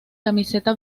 camiseta